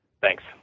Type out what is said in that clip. Thanks